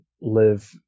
live